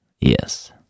Yes